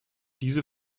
diese